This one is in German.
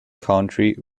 country